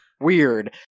weird